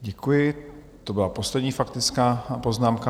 Děkuji, to byla poslední faktická poznámka.